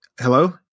Hello